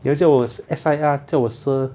你要叫我 S_I_R 叫我 sir